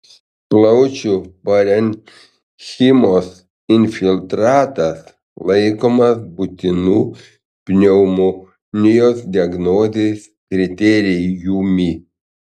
plaučių parenchimos infiltratas laikomas būtinu pneumonijos diagnozės kriterijumi